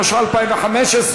התשע"ה 2015,